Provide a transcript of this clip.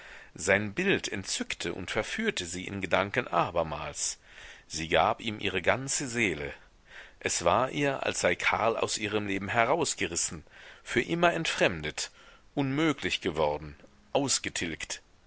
sein bild entzückte und verführte sie in gedanken abermals sie gab ihm ihre ganze seele es war ihr als sei karl aus ihrem leben herausgerissen für immer entfremdet unmöglich geworden ausgetilgt